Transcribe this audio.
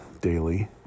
daily